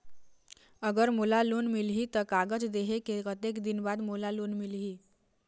अगर मोला लोन मिलही त कागज देहे के कतेक दिन बाद मोला लोन मिलही?